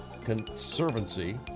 Conservancy